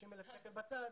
30,000 שקלים בצד,